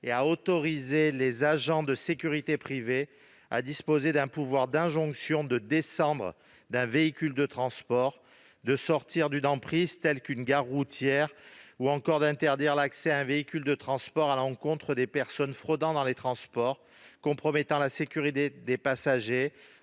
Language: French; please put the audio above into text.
et à autoriser les agents de sécurité privée à disposer du pouvoir d'enjoindre de descendre d'un véhicule de transport et de sortir d'une emprise telle qu'une gare routière, ou encore d'interdire l'accès à un véhicule de transport aux personnes fraudant dans les transports, compromettant la sécurité des passagers,